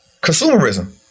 Consumerism